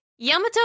Yamato